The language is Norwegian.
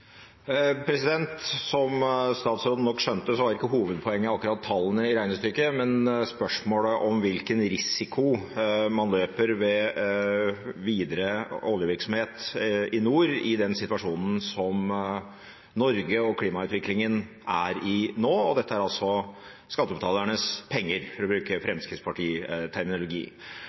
Som statsråden nok skjønte, var ikke hovedpoenget akkurat tallene i regnestykket, men spørsmålet om hvilken risiko man løper ved videre oljevirksomhet i nord i den situasjonen som Norge og klimautviklingen er i nå. Og dette er skattebetalernes penger, for å bruke